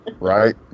Right